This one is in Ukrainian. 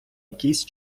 якийсь